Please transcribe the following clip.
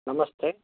नमस्ते